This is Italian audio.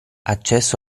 accesso